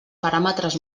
paràmetres